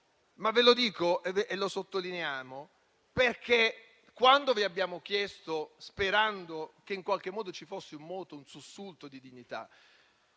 Ve lo dico e lo sottolineiamo, perché quando vi abbiamo chiesto, sperando che in qualche modo ci fossero un moto o un sussulto di dignità,